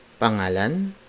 pangalan